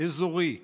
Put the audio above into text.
אזורי מסוים?